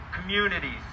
communities